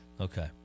Okay